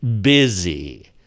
busy